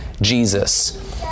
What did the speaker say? Jesus